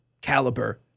caliber